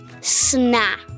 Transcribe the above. Snap